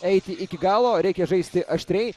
eiti iki galo reikia žaisti aštriai